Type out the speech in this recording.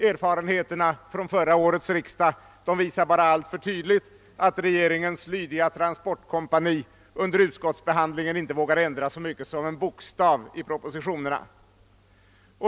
Erfarenheterna från förra årets riksdag visar bara alltför tydligt att regeringens trogna transportkompani under utskottsbehandlingen inte vågar ändra så mycket som en bokstav i propositionerna.